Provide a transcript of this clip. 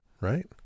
right